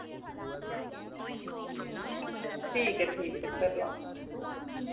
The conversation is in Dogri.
ठीक ऐ ठीक ऐ करी लैओ